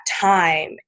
time